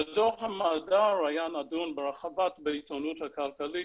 שהדוח המדובר נדון בהרחבה בעיתונות הכלכלית